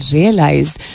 realized